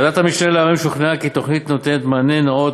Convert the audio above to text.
ועדת המשנה לעררים שוכנעה כי התוכנית נותנת מענה נאות